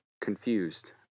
confused